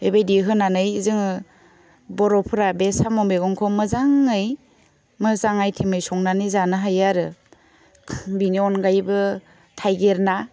बेबायदि होनानै जोङो बर'फोरा बे साम' मेगंखौ मोजाङै मोजां आइटेमै संनानै जानो हायो आरो बिनि अनगायैबो थाइगिर ना